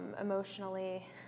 emotionally